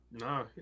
No